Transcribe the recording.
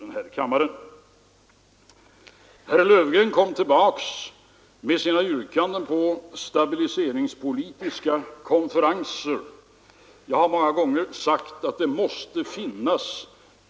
Men även den svenska hemmamarknaden har under 1973 visat klara tecken på ökad efterfrågan.